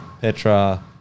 Petra